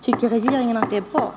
Tycker regeringen att detta är bra?